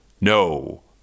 No